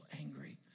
angry